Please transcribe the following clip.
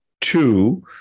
Two